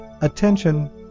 attention